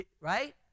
right